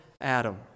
Adam